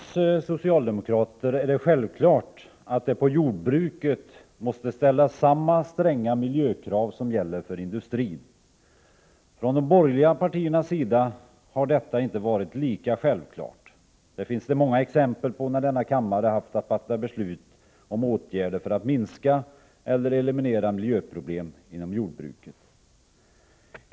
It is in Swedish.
Herr talman! För oss socialdemokrater är det självklart att det på jordbruket måste ställas samma stränga miljökrav som gäller för industrin. Från de borgerliga partiernas sida har detta inte varit lika självklart. Det finns det många exempel på när denna kammare haft att fatta beslut om åtgärder för att minska eller eliminera miljöproblem inom jordbruket.